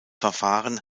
verfahren